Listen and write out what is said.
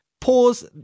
Pause